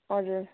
हजुर